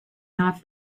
not